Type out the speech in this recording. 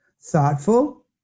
Thoughtful